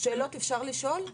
שאלות אפשר לשאול?